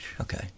Okay